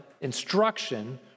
instruction